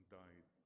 died